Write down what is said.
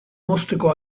mozteko